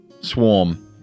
swarm